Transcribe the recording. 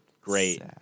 Great